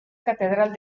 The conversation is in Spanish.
catedral